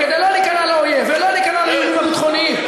כדי לא להיכנע לאויב ולא להיכנע לאיומים הביטחוניים.